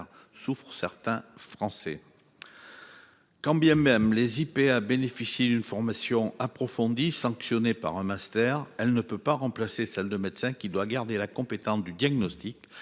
souffrent certains Français. Quand bien même les IP a bénéficié d'une formation approfondie sanctionnée par un master, elle ne peut pas remplacer celle de médecins qui doit garder la compétence du diagnostic